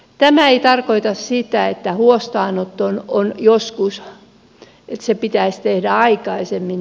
tämä ei tarkoita sitä että huostaanotto pitäisi tehdä aikaisemmin